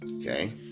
okay